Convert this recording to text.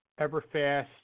Everfast